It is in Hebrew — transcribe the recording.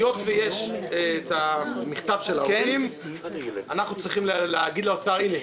היות ויש את המכתב של ההורים אנחנו צריכים להגיד למשרד האוצר: הנה,